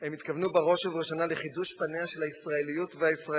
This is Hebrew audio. הם התכוונו בראש ובראשונה לחידוש פני הישראליות והישראלים.